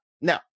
no